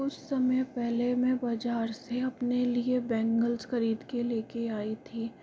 कुछ समय पहले मैं बाज़ार से अपने लिए बैंगल्स ख़रीद के ले कर आई थी